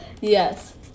Yes